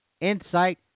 insight